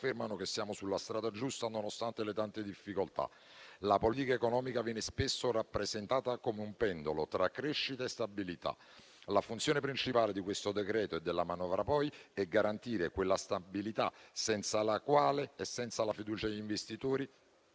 confermano che siamo sulla strada giusta, nonostante le tante difficoltà. La politica economica viene spesso rappresentata come un pendolo tra crescita e stabilità. La funzione principale di questo decreto e poi della manovra è garantire quella stabilità senza la quale, come senza la fiducia degli investitori,